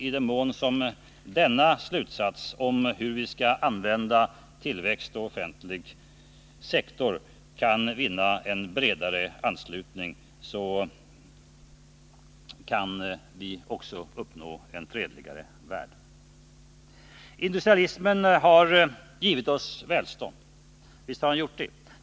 I den mån som denna slutsats om hur vi skall använda tillväxt och offentlig sektor kan vinna en bredare anslutning kan vi också uppnå en fredligare värld. Visst har industrialismen givit oss välstånd.